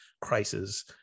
crisis